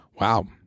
wow